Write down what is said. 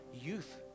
youth